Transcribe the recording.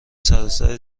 سراسر